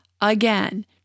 again